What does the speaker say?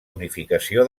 unificació